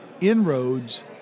inroads